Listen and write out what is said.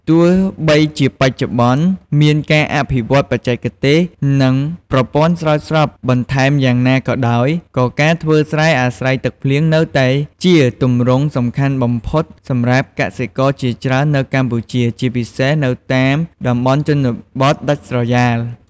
ទោះបីជាបច្ចុប្បន្នមានការអភិវឌ្ឍន៍បច្ចេកទេស និងប្រព័ន្ធស្រោចស្រពបន្ថែមយ៉ាងណាក៏ដោយ ក៏ការធ្វើស្រែអាស្រ័យទឹកភ្លៀងនៅតែជាទម្រង់សំខាន់បំផុតសម្រាប់កសិករជាច្រើននៅកម្ពុជា ជាពិសេសនៅតាមតំបន់ជនបទដាច់ស្រយាល។